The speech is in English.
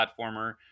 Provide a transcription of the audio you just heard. platformer